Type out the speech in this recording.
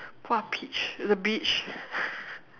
what peach the beach